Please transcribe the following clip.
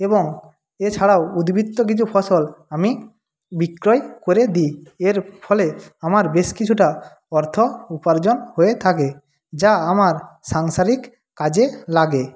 এবং এছাড়াও উদ্বৃত্ত কিছু ফসল আমি বিক্রয় করে দিই এর ফলে আমার বেশ কিছুটা অর্থ উপার্জন হয়ে থাকে যা আমার সাংসারিক কাজে লাগে